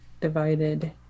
divided